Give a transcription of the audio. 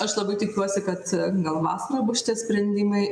aš labai tikiuosi kad gal vasarą bus šitie sprendimai